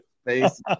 face